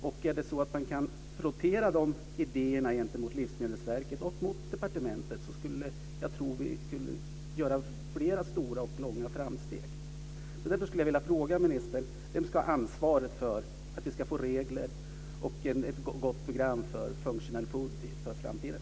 Om man kan så att säga frottera dessa idéer gentemot Livsmedelsverket och departementet tror jag att vi skulle kunna göra flera stora framsteg. Därför skulle jag vilja fråga ministern: Vem ska ha ansvaret för att vi ska få regler och ett gott program för functional food för framtiden?